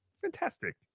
Fantastic